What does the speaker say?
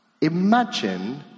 Imagine